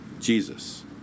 Jesus